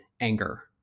anger